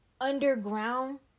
underground